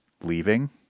leaving